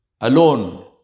alone